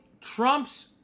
Trump's